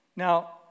Now